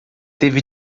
teve